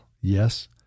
Yes